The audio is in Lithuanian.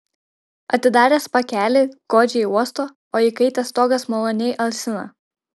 atidaręs pakelį godžiai uosto o įkaitęs stogas maloniai alsina